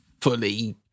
fully